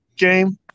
Game